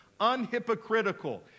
unhypocritical